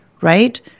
right